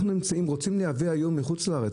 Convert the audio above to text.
אנחנו רוצים לייבא היום מחוץ לארץ,